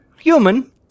Human